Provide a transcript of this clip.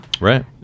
Right